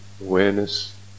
awareness